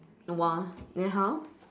!wah! then how